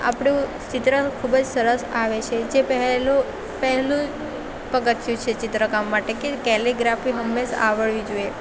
આપણું ચિત્ર ખૂબ જ સરસ આવે છે જે પહેલું પહેલું પગથિયું છે ચિત્રકામ માટે કે કેલિગ્રાફી હંમેશા આવડવી જોઈએ